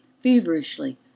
feverishly